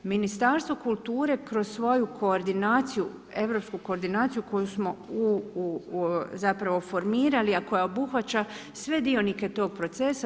Ministarstvo kulture kroz svoju koordinaciju, Europsku koordinaciju koju smo zapravo formirali, a koja obuhvaća sve dionike tog procesa.